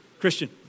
Christian